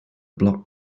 block